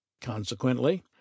Consequently